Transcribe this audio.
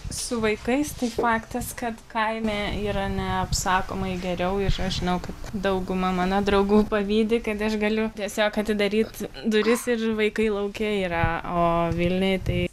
su vaikais tai faktas kad kaime yra neapsakomai geriau ir aš žinau kad dauguma mano draugų pavydi kad aš galiu tiesiog atidaryt duris ir vaikai lauke yra o vilniuj tai